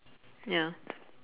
ya